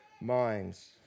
minds